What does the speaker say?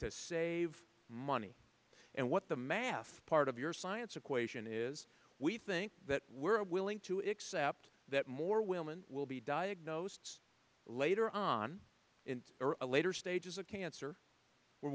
to save money and what the math part of your science equation is we think that we're willing to accept that more women will be diagnosed later on in the later stages of cancer we're